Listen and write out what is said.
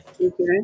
Okay